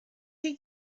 chi